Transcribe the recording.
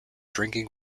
drinking